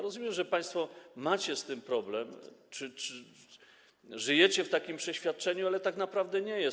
Rozumiem, że państwo macie z tym problem czy żyjecie w takim przeświadczeniu, ale tak naprawdę nie jest.